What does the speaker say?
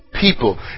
people